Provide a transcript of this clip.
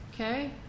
Okay